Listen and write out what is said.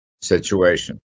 situation